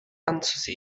anzusehen